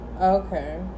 Okay